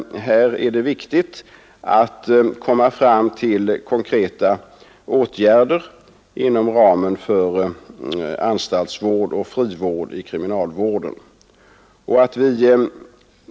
Men här är det viktigt att komma fram till konkreta åtgärder inom ramen för anstaltsvård och frivård i kriminalvården.